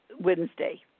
Wednesday